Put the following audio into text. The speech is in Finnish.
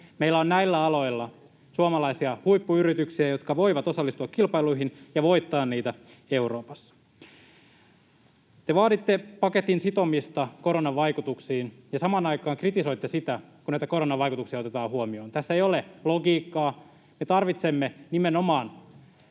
Meillä on näillä aloilla suomalaisia huippuyrityksiä, jotka voivat osallistua kilpailuihin ja voittaa niitä Euroopassa. Te vaaditte paketin sitomista koronan vaikutuksiin, ja samaan aikaan kritisoitte sitä, että näitä koronan vaikutuksia otetaan huomioon. Tässä ei ole logiikkaa. Me tarvitsemme nimenomaan